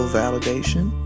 validation